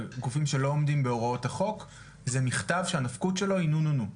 גופים שלא עומדים בהוראות החוק זה מכתב שהנפקות שלו היא "נו-נו-נו".